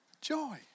Joy